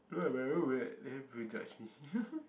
no then everybody judge me